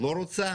לא רוצה?